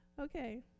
Okay